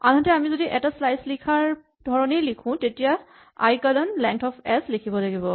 আনহাতে আমি যদি এটা শ্লাইচ লিখাৰ ধৰণেই লিখো তেতিয়া আমি আই কলন লেন্ঠ অফ এচ লিখিব লাগিব